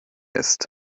ist